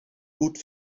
gut